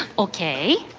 ok.